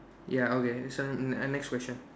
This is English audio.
ya okay so mm uh next question